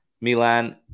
Milan